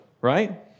right